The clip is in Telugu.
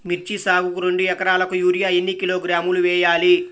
మిర్చి సాగుకు రెండు ఏకరాలకు యూరియా ఏన్ని కిలోగ్రాములు వేయాలి?